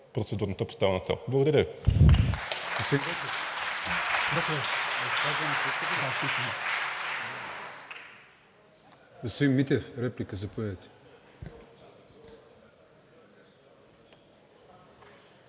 процедурната поставена цел. Благодаря